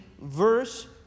verse